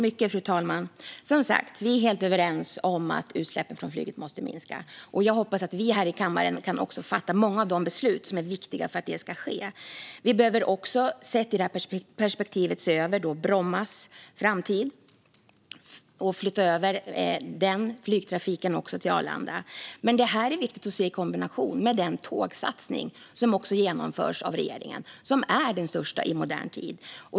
Fru talman! Vi är helt överens om att utsläppen från flyget måste minska, och jag hoppas att vi i kammaren kan fatta många av de beslut som är viktiga för att det ska ske. Sett i det perspektivet behöver vi se över Brommas framtid och flytta över den flygtrafiken till Arlanda. Men det är viktigt att se detta i kombination med den tågsatsning som också genomförs av regeringen, som är den största i modern tid.